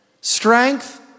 strength